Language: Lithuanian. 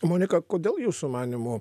monika kodėl jūsų manymu